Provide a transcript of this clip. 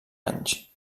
anys